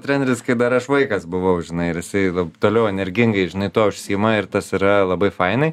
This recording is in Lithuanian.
treneris kai dar aš vaikas buvau žinai ir jisai toliau energingai žinai tuo užsiima ir tas yra labai fainai